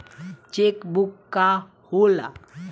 Check book का होला?